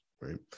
right